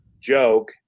joke